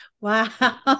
wow